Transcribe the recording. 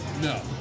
No